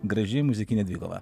graži muzikinė dvikova